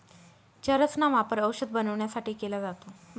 चरस चा वापर औषध बनवण्यासाठी केला जातो